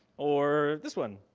or this one?